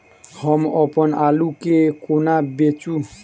हम अप्पन आलु केँ कोना बेचू?